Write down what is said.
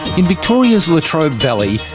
in victoria's latrobe valley,